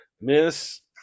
miss